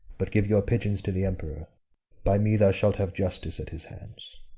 but give your pigeons to the emperor by me thou shalt have justice at his hands.